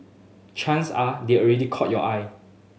chance are they've already caught your eye